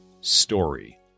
story